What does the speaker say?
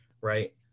right